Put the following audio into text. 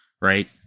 Right